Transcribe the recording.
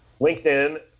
LinkedIn